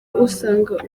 usanga